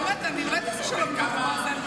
באמת, אולי תעשה שלום עם אבו מאזן?